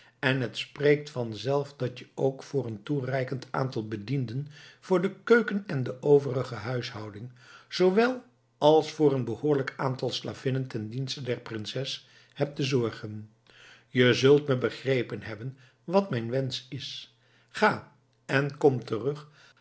en het spreekt vanzelf dat je ook voor een toereikend aantal bedienden voor de keuken en de overige huishouding zoowel als voor een behoorlijk aantal slavinnen ten dienste der prinses hebt te zorgen je zult me begrepen hebben wat mijn wensch is ga en kom terug